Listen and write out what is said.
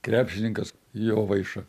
krepšininkas jovaiša